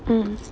mm